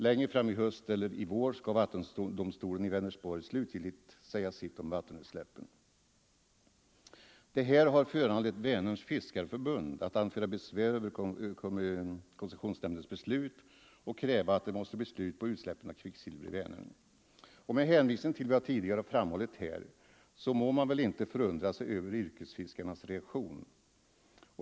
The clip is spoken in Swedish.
Mot slutet av detta år eller nästa vår skall vattendomstolen i Vänersborg slutgiltigt säga sitt om vattenutsläppen. Detta har föranlett Vänerns fiskarförbund att anföra besvär över koncessionsnämndens beslut och kräva slut på utsläppen av kvicksilver i Vänern. Med hänvisning till vad jag tidigare framhållit må man väl inte förundra sig över yrkesfiskarnas reaktion.